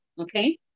okay